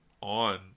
on